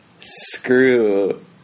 screw